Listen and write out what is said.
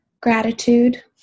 gratitude